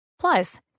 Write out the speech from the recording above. Plus